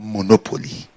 Monopoly